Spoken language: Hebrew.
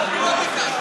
אנחנו לא ביקשנו.